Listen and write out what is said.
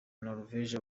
norvege